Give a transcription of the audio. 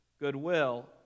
goodwill